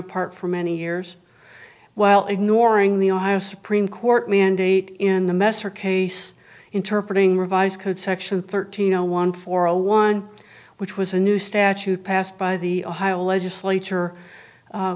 apart for many years while ignoring the ohio supreme court mandate in the mess or case interpretating revised code section thirteen zero one four zero one which was a new statute passed by the ohio legislature